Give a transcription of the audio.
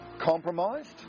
compromised